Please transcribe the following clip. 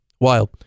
Wild